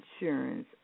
insurance